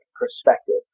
perspective